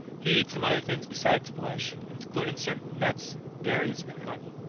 he eats some other things besides flesh, including certain nuts, berries and honey.